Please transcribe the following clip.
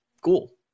cool